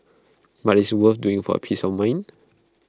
but IT is worth doing for A peace of mind